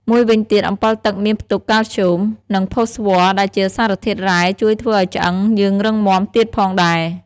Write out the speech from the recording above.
មួយវិញទៀតអម្ពិលទឹកមានផ្ទុកកាល់ស្យូម និងផូស្វ័រដែលជាសារធាតុរ៉ែជួយធ្វើឱ្យឆ្អឹងយើងរឹងមុំាទៀតផងដែរ។